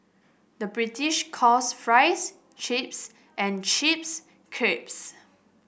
the British calls fries chips and chips crisps